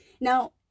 Now